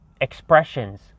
expressions